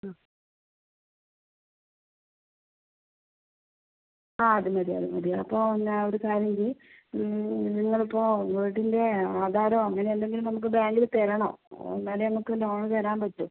മ് ആ അത് മതി അത് മതി അപ്പോൾ എന്നാൽ ഒരു കാര്യം ചെയ്യ് നിങ്ങൾ ഇപ്പോൾ വീടിൻ്റെ ആധാരമോ അങ്ങനെ എന്തെങ്കിലും നമുക്ക് ബാങ്കിൽ തരണം എന്നാലേ നമുക്ക് ലോൺ തരാൻ പറ്റൂ